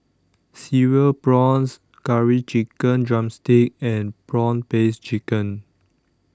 Cereal Prawns Curry Chicken Drumstick and Prawn Paste Chicken